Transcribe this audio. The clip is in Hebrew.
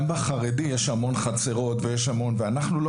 אבל באותה מידה, גם בחרדי יש המון חצרות ואנחנו לא